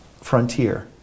frontier